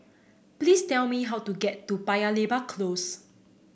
please tell me how to get to Paya Lebar Close